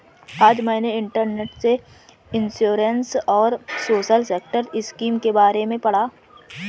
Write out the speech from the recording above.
आज मैंने इंटरनेट से इंश्योरेंस और सोशल सेक्टर स्किम के बारे में पढ़ा